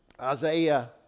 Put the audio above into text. Isaiah